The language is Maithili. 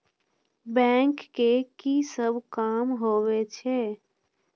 बैंक के की सब काम होवे छे?